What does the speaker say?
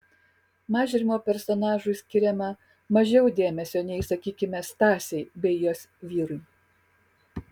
mažrimo personažui skiriama mažiau dėmesio nei sakykime stasei bei jos vyrui